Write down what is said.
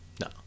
No